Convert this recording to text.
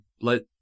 let